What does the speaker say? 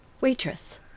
Waitress